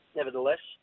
nevertheless